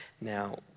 now